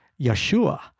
Yeshua